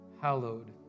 hallowed